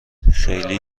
خیلی